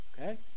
Okay